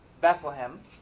Bethlehem